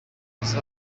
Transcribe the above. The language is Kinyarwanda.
yagize